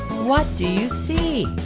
what do you see?